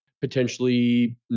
potentially